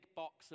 box